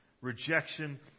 rejection